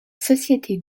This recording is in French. sociétés